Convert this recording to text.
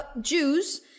Jews